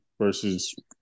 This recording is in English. versus